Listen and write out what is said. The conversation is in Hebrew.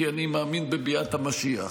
כי אני מאמין בביאת המשיח.